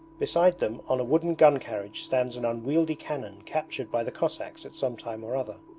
beside them on a wooden gun-carriage stands an unwieldy cannon captured by the cossacks at some time or other,